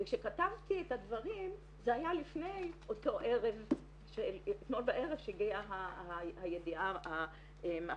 וכשכתבתי את הדברים זה היה לפני אתמול בערב כשהגיעה הידיעה המכאיבה.